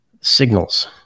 signals